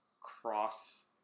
cross